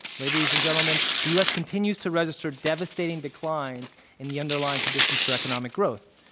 ladies and gentlemen, the u. s. continues to register devastating declines in the underlying conditions for economic growth.